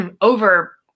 over